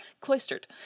cloistered